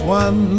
one